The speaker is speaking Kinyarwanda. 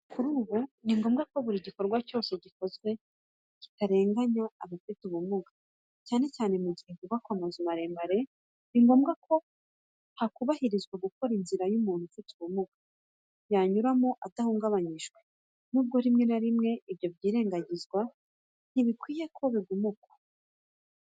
Kuri ubu ni ngombwa ko buri gikorwa cyose gikozwe kitarenganya abafite ubumuga, cyane cyane mu gihe hubakwa amazu maremare. Ni ngombwa ko hakubahirizwa gukora inzira umuntu ufite ubumuga yanyuramo adahungabanyijwe. Nubwo rimwe na rimwe ibyo byirengagizwa, ntibikwiye ko biguma uko.